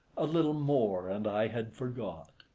a little more, and i had forgot,